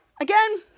Again